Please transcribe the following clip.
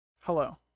hello